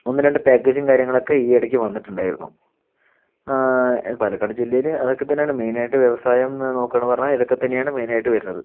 ഒന്ന് രണ്ട് പാക്കേജും കാര്യങ്ങളൊക്കെ ഈ ഇടയ്ക്കു വന്നിട്ടുണ്ടായിരുന്നു പാലക്കാട് ജില്ലയിൽ അതൊക്കെ തന്നെയാണ് മെയിനായിട്ട് വ്യവസായം എന്ന് നോക്കുകയാണ് പറഞ്ഞാൽ ഇതൊക്കെ തന്നെയാണ് മെയിനായിട്ട് വരുന്നത്